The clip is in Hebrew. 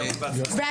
שיהיה המון בהצלחה.